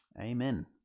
Amen